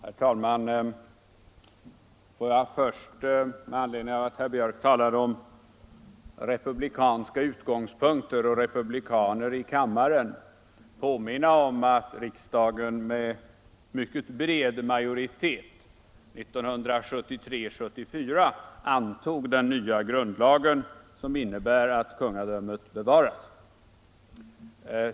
Herr talman! Låt mig först med anledning av att herr Björck talade om republikanska utgångspunkter och republikaner i kammaren påminna om att riksdagen med mycket stor majoritet 1973 och 1974 antog den nya grundlagen, som innebär att kungadömet bevaras.